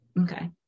Okay